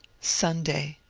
sunday.